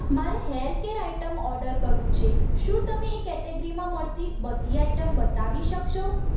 મારે hair care items order કરવું છે શું તમે એ કેટેગરીમાં મળતી બધી આઇટમ બતાવી શકશો